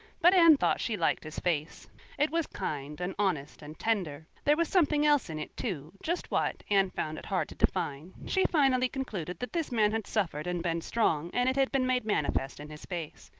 but anne thought she liked his face it was kind and honest and tender there was something else in it, too just what, anne found it hard to define. she finally concluded that this man had suffered and been strong, and it had been made manifest in his face.